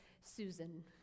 Susan